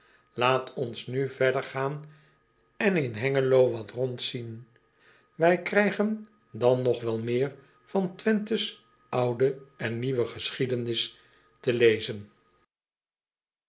aat ons nu verder gaan en in engelo wat rondzien ij krijgen dan nog wel meer van wenthe s oude en nieuwe geschiedenis te lezen